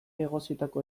egositako